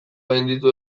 gainditu